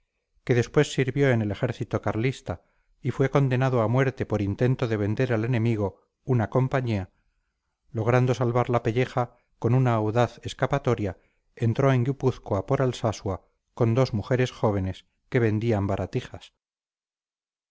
que después sirvió en el ejército carlista y fue condenado a muerte por intento de vender al enemigo una compañía logrando salvar la pelleja con una audaz escapatoria entró en guipúzcoa por alsasua con dos mujeres jóvenes que vendían baratijas